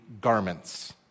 garments